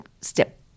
step